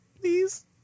please